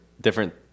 different